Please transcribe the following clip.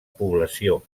població